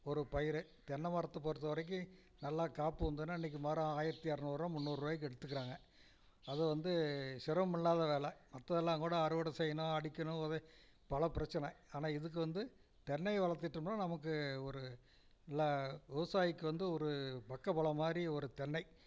ஒரு பயிறு தென்னைமரத்து பொறுத்தவரைக்கும் நல்லா காப்பு வந்துதுன்னால் இன்றைக்கு மரம் ஆயிரத்தி இரநூறுவா முந்நூறுருபாய்க்கு எடுத்துக்கிறாங்க அதுவும் வந்து சிரமம் இல்லாத வேலை மற்றதெல்லாம் கூட அறுவடை செய்யணும் அடிக்கணும் ஒதை பல பிரச்சனை ஆனால் இதுக்கு வந்து தென்னை வளர்த்திட்டம்னா நமக்கு ஒரு நல்ல விவசாயிக்கு வந்து ஒரு பக்கபலம் மாதிரி ஒரு தென்னை